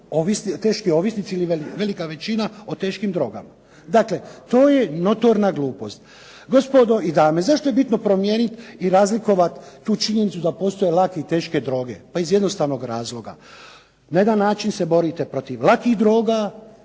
teški ovisnici ili velika većina ovisnici o teškim drogama. Dakle, to je notorna glupost. Gospodo i dame, zašto je bitno promijeniti tu činjenicu i razlikovati da postoje lake i teške droge? Pa iz jednostavnog razloga. Na jedan način se borite protiv lakih droga